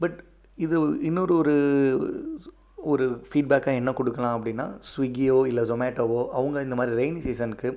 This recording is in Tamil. பட் இது இன்னொரு ஒரு ஒரு ஃபீட்பேக்காக என்ன கொடுக்கலாம் அப்படின்னா ஸ்விக்கியோ இல்லை ஜொமேட்டோவோ அவங்க இந்த மாதிரி ரெய்னிங் சீசன்க்கு